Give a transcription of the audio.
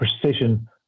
precision